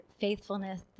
faithfulness